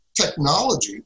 technology